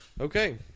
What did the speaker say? Okay